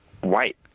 white